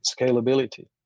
scalability